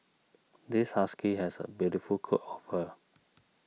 this husky has a beautiful coat of fur